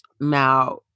Now